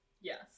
Yes